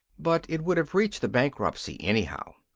but it would have reached the bankruptcy anyhow.